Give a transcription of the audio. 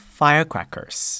firecrackers